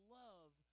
love